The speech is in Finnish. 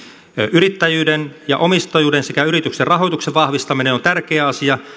yrittäjyyden ja omistajuuden sekä yrityksen rahoituksen vahvistaminen on on tärkeä asia